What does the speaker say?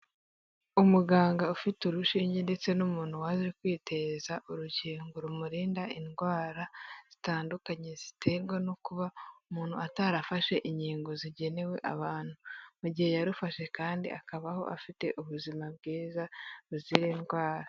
Umuganga ufite urushinge ndetse n'umuntu waje kwiteza urukingo rumurinda indwara zitandukanye ziterwa no kuba umuntu atarafashe inkingo zigenewe abantu. Mu gihe yarufashe kandi akabaho afite ubuzima bwiza buzira indwara.